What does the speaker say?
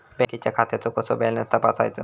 बँकेच्या खात्याचो कसो बॅलन्स तपासायचो?